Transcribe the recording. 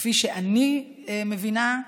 כפי שאני מבינה: